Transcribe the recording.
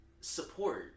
support